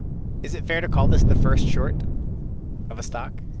is it fair to call this the first short of a stock?